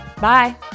Bye